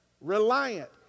Reliant